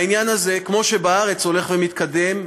והעניין הזה כמו שבארץ הולך ומתקדם,